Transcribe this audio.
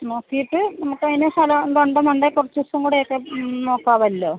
നോക്കീട്ട് നമുക്കതിന് ഫലം ഉണ്ടെന്നുണ്ടേൽ കുറച്ച് ദിവസം കൂടെയൊക്കെ നോക്കാവല്ലോ